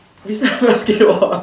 beside basketball ah